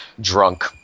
drunk